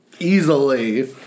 Easily